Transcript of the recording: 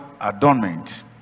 adornment